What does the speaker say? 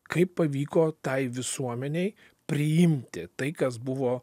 kaip pavyko tai visuomenei priimti tai kas buvo